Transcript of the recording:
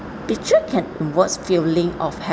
picture can evokes feeling of